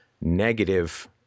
negative